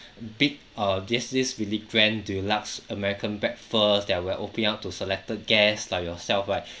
big uh there's this really grand deluxe american breakfast that we're opening up to selected guest like yourself right